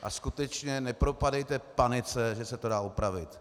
A skutečně nepropadejte panice, že se to dá opravit.